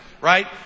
right